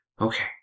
Okay